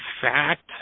fact